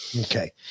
Okay